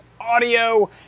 audio